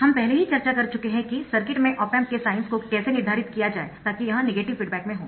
हम पहले ही चर्चा कर चुके है कि सर्किट में ऑप एम्प के साइन्स को कैसे निर्धारित किया जाए ताकि यह नेगेटिव फीडबैक में हो